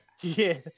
Yes